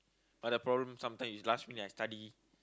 but the problem sometime is last minute I study